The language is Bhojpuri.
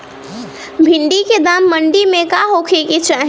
भिन्डी के दाम मंडी मे का होखे के चाही?